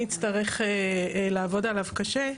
אני אצטרך לעבוד עליו קשה.